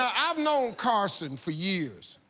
ah i've known carson for years.